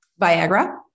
Viagra